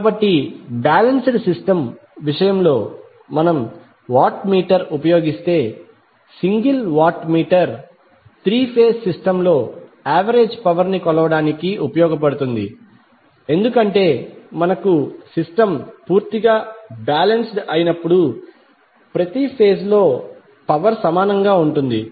కాబట్టి balanced system విషయంలో మనం వాట్ మీటర్ ఉపయోగిస్తే single watt meter three phase system లో యావరేజ్ పవర్ ని కొలవడానికి ఉపయోగపడుతుంది ఎందుకంటే మనకు సిస్టమ్ పూర్తిగా బాలెన్స్డ్ అయినప్పుడు ప్రతి ఫేజ్ లో పవర్ సమానంగా ఉంటుంది